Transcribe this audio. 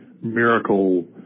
miracle